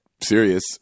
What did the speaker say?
serious